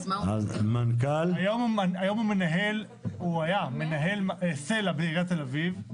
הוא היה מנהל סל"ע בעיריית תל אביב,